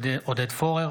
עודד פורר,